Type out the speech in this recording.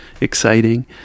exciting